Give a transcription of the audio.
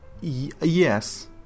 Yes